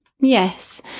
yes